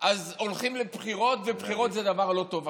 אז הולכים לבחירות, ובחירות זה דבר לא טוב עכשיו.